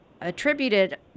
attributed